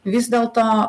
vis dėlto